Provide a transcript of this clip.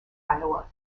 iowa